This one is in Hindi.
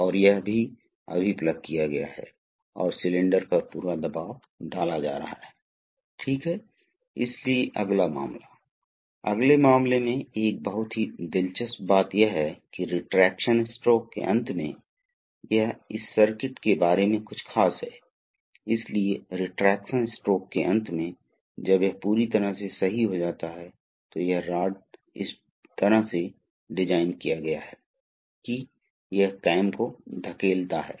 तो तकनीकी शब्दों में तरल पदार्थ के थोक मापांक यदि आप इसमें हवा प्रवेश करI चुके हैं तो काफी गिरावट आ सकती है इसलिए यह बहुत महत्वपूर्ण है जैसा कि हमने कहा कि प्रभावी संचरण और तेजी से त्वरित प्रतिक्रिया संचरण के लिए कि द्रव अपरिमेय है इसलिए यह महत्वपूर्ण है कि हवाई बुलबुले को हटाया जाये और वे टैंक में हटा दिए जाते हैं